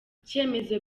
cyemezo